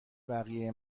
بقیه